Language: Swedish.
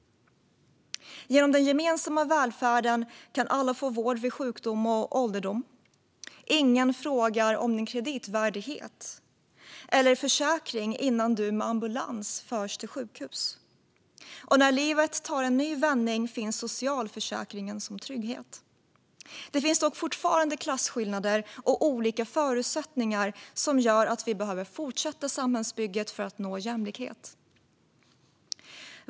Genom den gemensamma välfärden kan alla få vård vid sjukdom och ålderdom. Ingen frågar om ens kreditvärdighet eller försäkring innan man med ambulans förs till sjukhus. Och när livet tar en ny vändning finns socialförsäkringen som trygghet. Det finns dock fortfarande klasskillnader och olika förutsättningar som gör att vi behöver fortsätta samhällsbygget för att nå jämlikhet.